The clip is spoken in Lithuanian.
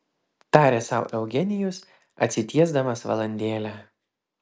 tarė sau eugenijus atsitiesdamas valandėlę